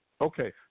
Okay